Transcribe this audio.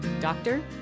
Doctor